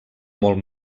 molt